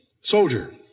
soldier